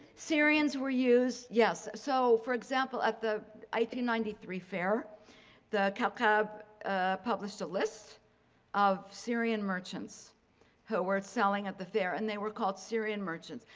syrians were used. yes. so for example at the ninety three fair the kind of ah published a list of syrian merchants who were selling at the fair and they were called syrian merchants.